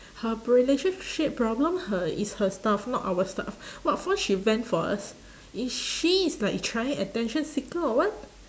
her relationship problem her is her stuff not our stuff what for she vent for us is she is like trying attention seeker or what